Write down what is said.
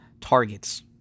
targets